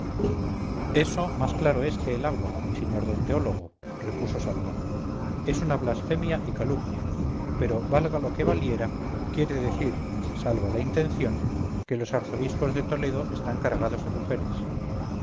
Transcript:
eso más claro es que el agua mi señor don teólogo repuso salmón es una blasfemia y calumnia pero valga lo que valiere quiere decir salva la intención que los arzobispos de toledo están cargados de mujeres